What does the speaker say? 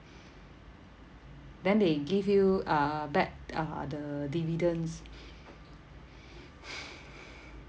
then they give you uh back uh the dividends